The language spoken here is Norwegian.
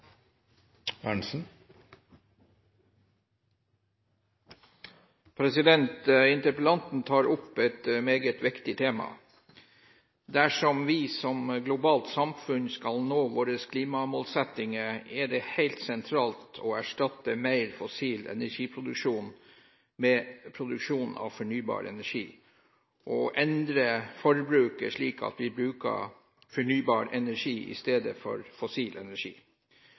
Interpellanten tar opp et meget viktig tema. Dersom vi som globalt samfunn skal nå våre klimamålsettinger, er det helt sentralt å erstatte mer fossil energiproduksjon med produksjon av fornybar energi og å endre forbruket slik at vi bruker fornybar energi i stedet for fossil energi. Norge har i dag en høy andel fornybar energi,